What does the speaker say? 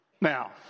Now